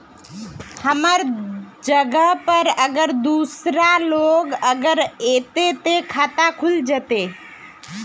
हमर जगह पर अगर दूसरा लोग अगर ऐते ते खाता खुल जते?